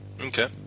Okay